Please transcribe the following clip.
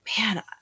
man